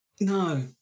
no